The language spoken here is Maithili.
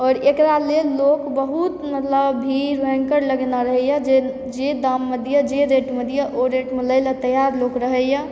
और एकरा लेल लोक बहुत मतलब भीड़ भयङ्कर लगेने रहैए जे जे दाममऽ दिय जे रेटमऽ दिय ओ रेटमे लै लऽ तैयार लोक रहैए